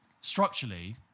structurally